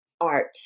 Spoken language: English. art